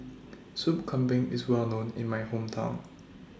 Soup Kambing IS Well known in My Hometown